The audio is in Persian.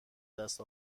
بدست